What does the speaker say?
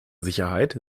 sicherheit